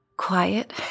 quiet